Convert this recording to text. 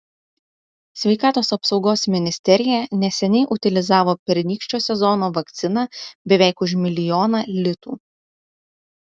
sveikatos apsaugos ministerija neseniai utilizavo pernykščio sezono vakciną beveik už milijoną litų